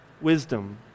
wisdom